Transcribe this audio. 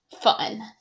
fun